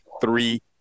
three